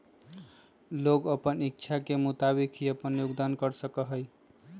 लोग अपन इच्छा के मुताबिक ही अपन योगदान कर सका हई